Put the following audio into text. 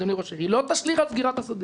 אדוני ראש העיר על סגירת השדה,